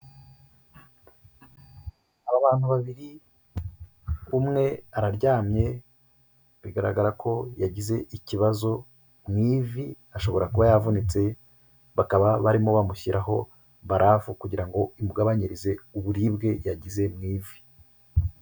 Abantu babiri umwe araryamye bigaragara ko yagize ikibazo mu ivi, ashobora kuba yavunitse bakaba barimo bamushyiraho barafu kugira ngo imugabanyirize uburibwe yagize mu ivi.